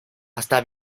hasta